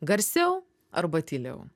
garsiau arba tyliau